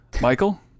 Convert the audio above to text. Michael